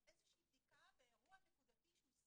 רק בגילאי לידה עד שלוש.